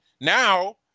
Now